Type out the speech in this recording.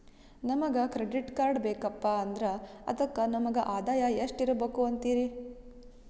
ನಮಗ credit card ಬೇಕಪ್ಪ ಅಂದ್ರ ಅದಕ್ಕ ನಮಗ ಆದಾಯ ಎಷ್ಟಿರಬಕು ಅಂತೀರಿ?